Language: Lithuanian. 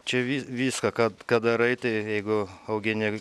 čia vi viską kad ką darai tai jeigu augini